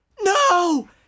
no